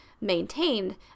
maintained